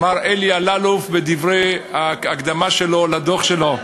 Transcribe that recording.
מר אלי אלאלוף בדברי ההקדמה שלו לדוח שלו.